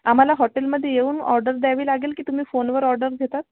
आम्हाला हॉटेलमध्ये येऊन ऑर्डर द्यावी लागेल की तुम्ही फोनवर ऑर्डर घेतात